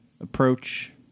approach